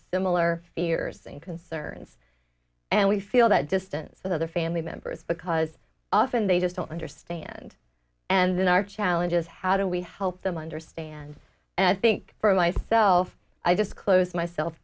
similar fears and concerns and we feel that distance with other family members because often they just don't understand and then our challenge is how do we help them understand and i think for myself i just closed myself